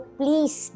please